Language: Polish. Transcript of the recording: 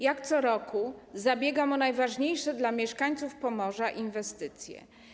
Jak co roku zabiegam o najważniejsze dla mieszkańców Pomorza inwestycje.